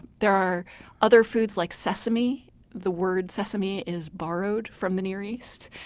there are other foods like sesame the word sesame is borrowed from the near east.